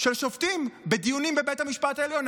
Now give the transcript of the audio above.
של שופטים בדיונים בבית המשפט העליון,